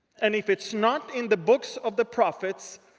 and if it is not in the books of the prophets,